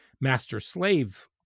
master-slave